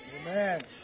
Amen